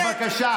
בבקשה.